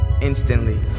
instantly